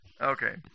Okay